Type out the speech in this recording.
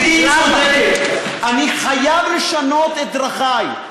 גברתי צודקת, אני חייב לשנות את דרכי.